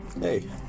Hey